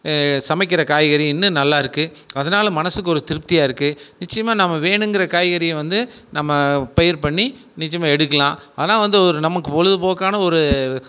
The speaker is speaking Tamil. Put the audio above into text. சமைக்கிற காய்கறி இன்னும் நல்லாயிருக்கு அதனால் மனதுக்கு ஒரு திருப்தியாக இருக்குது நிச்சயமாக நம்ம வேணுங்கிற காய்கறியை வந்து நம்ம பயிர் பண்ணி நிச்சயமாக எடுக்கலாம் ஆனால் வந்து ஒரு நமக்கு பொழுதுபோக்கான ஒரு